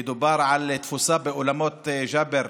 ודובר על תפוסה באולמות, ג'אבר,